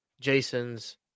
jason's